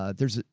ah there's.